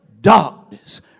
darkness